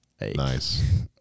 Nice